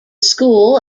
school